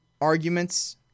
arguments